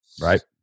Right